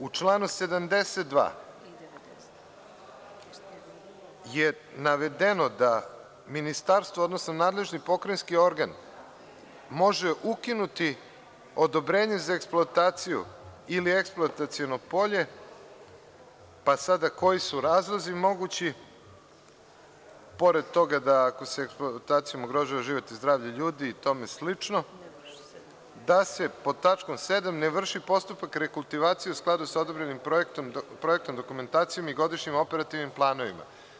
U članu 72. je navedeno da ministarstvo, odnosno nadležni pokrajinski organ može ukinuti odobrenje za eksploataciju ili eksploataciono polje, pa koji su razlozi mogući, pored toga da ako se eksploatacijom ugrožava život i zdravlje ljudi i tome slično, da se pod tačkom 7) ne vrši postupak rekultivacije u skladu sa odobrenom projektnom dokumentacijom i godišnjim operativnim planovima.